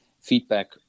feedback